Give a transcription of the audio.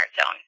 Zone